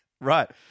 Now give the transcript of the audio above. Right